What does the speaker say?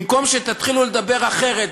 במקום שתתחילו לדבר אחרת,